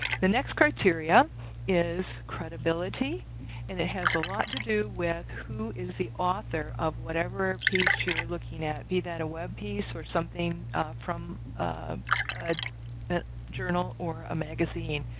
the next criteria is credibility and it has a lot to do with who is the author of whatever piece you're looking at, be that a web piece or something from a but journal or a magazine.